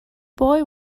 boy